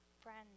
friends